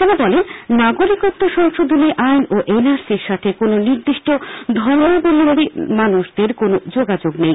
তিনি বলেন নাগরিকত্ব সংশোধনী আইন ও এন আর সির সাথে কোন নির্দিষ্ট ধর্মাবলম্বী মানুষদের কোনো যোগাযোগ নেই